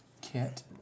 Kit